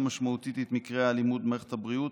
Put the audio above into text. משמעותית את מקרי האלימות במערכת הבריאות,